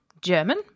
German